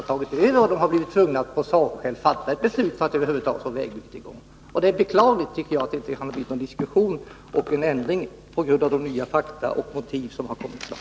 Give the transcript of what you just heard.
Kommunstyrelsen har blivit tvungen att på sakskäl fatta ett beslut för att över huvud taget få i gång vägbygget. Det är beklagligt att det inte har blivit någon diskussion och inte någon ändring på grund av de nya fakta och motiv som kommit fram.